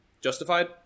justified